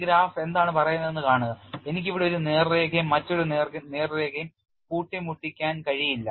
ഈ ഗ്രാഫ് എന്താണ് പറയുന്നതെന്ന് കാണുക എനിക്ക് ഇവിടെ ഒരു നേർരേഖയും മറ്റൊരു നേർരേഖയും കൂട്ടിമുട്ടിക്കാൻ കഴിയില്ല